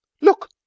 look